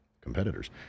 competitors